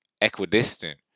equidistant